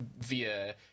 via